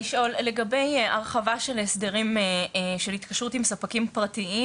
לגבי הרחבה של הסדרים של התקשרות עם ספקים ופרטיים